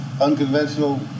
unconventional